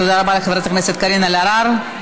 תודה רבה לחברת הכנסת קארין אלהרר.